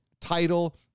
title